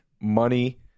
money